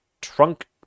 trunk